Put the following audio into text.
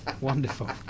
Wonderful